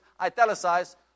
italicized